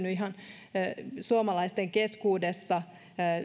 ihan suomalaisten keskuudessa